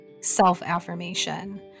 self-affirmation